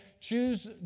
choose